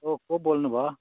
को को बोल्नु भयो